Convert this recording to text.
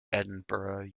edinburgh